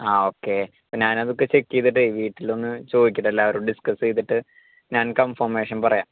ആ ഓക്കെ അപ്പോൾ ഞാൻ അതൊക്കെ ചെക്ക് ചെയ്തിട്ടേ വീട്ടിൽ ഒന്ന് ചോദിക്കട്ടെ എല്ലാവരോടും ഡിസ്കസ് ചെയ്തിട്ട് ഞാൻ കൺഫർമേഷൻ പറയാം